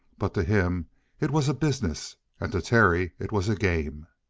but to him it was a business, and to terry it was a game.